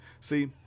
See